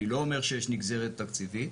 אני לא אומר שיש נגזרת תקציבית,